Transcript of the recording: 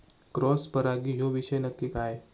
Cross परागी ह्यो विषय नक्की काय?